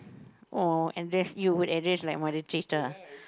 or address you will address like Mother-Teresa